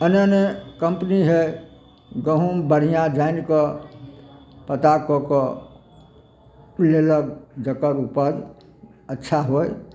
अनेने company है गहूँम बढ़ियाँ जाइन कऽ पता कऽ कऽ लेलक जकर ऊपज अच्छा होइ